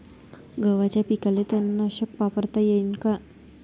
गव्हाच्या पिकाले तननाशक वापरता येईन का?